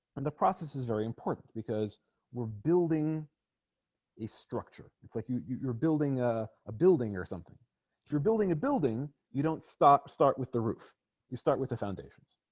and the process is very important because we're building a structure it's like you you you're building a building or something you're building a building you don't stop start with the roof you start with the foundations